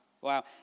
Wow